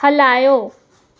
हलायो